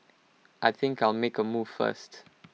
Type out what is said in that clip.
I think I'll make A move first